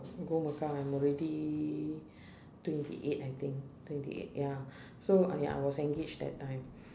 go mecca I'm already twenty eight I think twenty eight ya so uh ya I was engaged that time